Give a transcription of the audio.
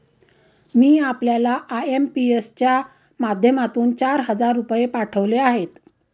मी आपल्याला आय.एम.पी.एस च्या माध्यमातून चार हजार रुपये पाठवले आहेत